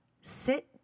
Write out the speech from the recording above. Sit